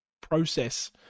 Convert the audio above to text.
process